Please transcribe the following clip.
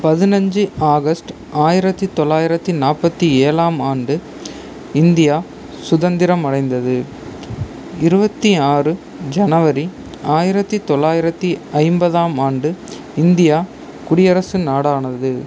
பதினஞ்சு ஆகஸ்ட் ஆயிரத்தி தொள்ளாயிரத்தி நாற்பத்தி ஏழாம் ஆண்டு இந்தியா சுதந்திரம் அடைந்தது இருபத்தி ஆறு ஜனவரி ஆயிரத்தி தொள்ளாயிரத்தி ஐம்பதாம் ஆண்டு இந்தியா குடியரசு நாடானது